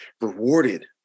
rewarded